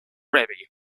rebbe